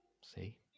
see